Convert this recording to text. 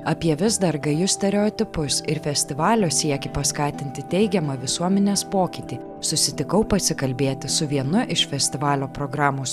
apie vis dar gajus stereotipus ir festivalio siekį paskatinti teigiamą visuomenės pokytį susitikau pasikalbėti su vienu iš festivalio programos